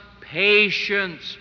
patience